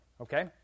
Okay